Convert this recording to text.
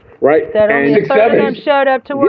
Right